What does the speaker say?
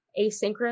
asynchronous